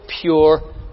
pure